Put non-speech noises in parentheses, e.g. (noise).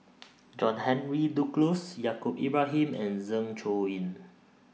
(noise) John Henry Duclos Yaacob Ibrahim and Zeng Shouyin